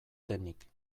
denik